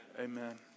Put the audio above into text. amen